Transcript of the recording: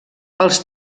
els